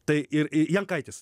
tai ir jankaitis